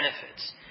benefits